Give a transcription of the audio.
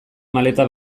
maleta